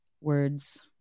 words